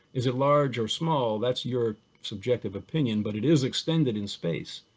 is it large or small? that's your subjective opinion, but it is extended in space.